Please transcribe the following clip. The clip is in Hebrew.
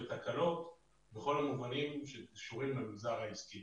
תקלות בכול המובנים שקשורים למגזר העסקי.